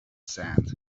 sand